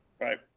right